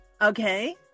okay